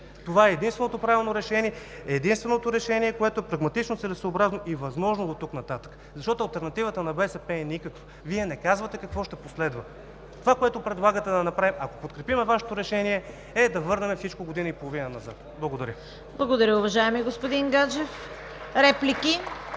Това е единственото правилно решение, единственото решение, което е прагматично, целесъобразно и възможно оттук нататък. Защото алтернативата на БСП е никаква. Вие не казвате какво ще последва. Това, което предлагате да направим, ако подкрепим Вашето решение, е да върнем всичко година и половина назад. Благодаря. ПРЕДСЕДАТЕЛ ЦВЕТА КАРАЯНЧЕВА: Благодаря, уважаеми господин Гаджев. Реплики?